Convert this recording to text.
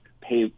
pay